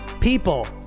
People